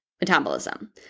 metabolism